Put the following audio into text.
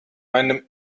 meinem